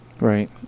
Right